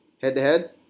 Head-to-head